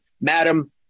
Madam